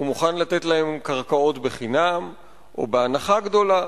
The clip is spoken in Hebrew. הוא מוכן לתת להם קרקעות חינם או בהנחה גדולה,